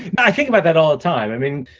but i think about that all the time. i mean,